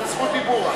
זה זכות דיבור.